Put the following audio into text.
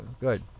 good